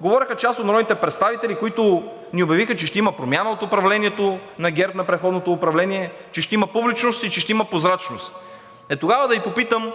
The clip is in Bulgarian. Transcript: говореха част от народните представители, които ни обявиха, че ще има промяна от управлението на ГЕРБ, на предходното управление, че ще има публичност и че ще има прозрачност? Е, тогава да Ви попитам,